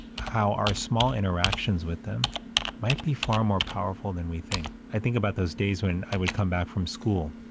how our small interactions with them might be far more powerful than we think. i think about those days when i would come back from school,